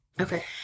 Okay